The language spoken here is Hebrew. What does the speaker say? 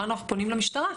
אמרנו אנחנו פונים למשטרה,